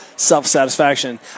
Self-satisfaction